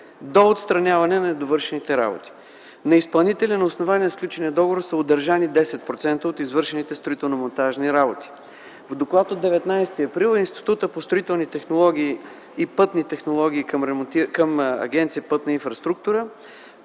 до отстраняване на недовършените работи. На изпълнителя на основание сключения договор са удържани 10% от извършените строително-монтажни работи. В доклад от 19 април Институтът по строителни и пътни технологии към Агенция „Пътна инфраструктура”